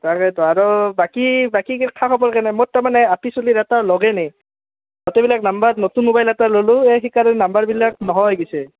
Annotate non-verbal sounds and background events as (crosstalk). তাকেতো আৰু বাকী বাকী খা খবৰ কেনে মোৰ তাৰমানে আপি (unintelligible) নাম্বাৰ নতুন মোবাইল এটা ল'লোঁ এই সেইকাৰণে নাম্বাৰবিলাক নোহোৱা হৈ গৈছে